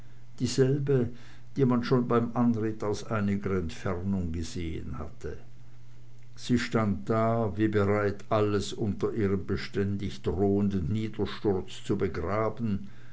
dieselbe die man schon beim anritt aus einiger entfernung gesehen hatte sie stand da wie bereit alles unter ihrem beständig drohenden niedersturz zu begraben